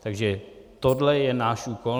Takže tohle je náš úkol.